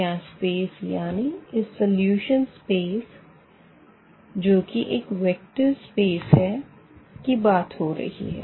यहाँ स्पेस यानी इस सलूशन स्पेस जो की एक वेक्टर स्पेस है की बात हो रही है